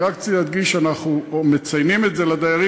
אני רק רציתי להדגיש שאנחנו מציינים את זה לדיירים